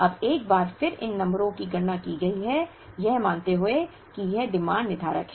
अब एक बार फिर इन नंबरों की गणना की गई है यह मानते हुए कि यह डिमांड निर्धारक है